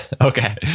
Okay